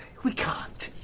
we can't.